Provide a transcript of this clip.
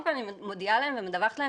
כלומר אני על המדרכה,